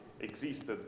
existed